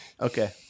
Okay